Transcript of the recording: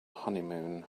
honeymoon